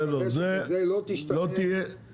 הוא תכנן לעשות את זה,